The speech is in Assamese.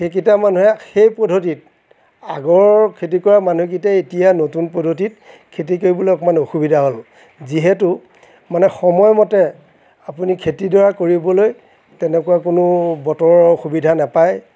সেইকেইটা মানুহে সেই পদ্ধতিত আগৰ খেতি কৰা মানুহকেইটাই এতিয়া নতুন পদ্ধতিত খেতি কৰিবলৈ অকণমান অসুবিধা হ'ল যিহেতু মানে সময় মতে আপুনি খেতিডৰা কৰিবলৈ তেনেকুৱা কোনো বতৰৰ সুবিধা নাপায়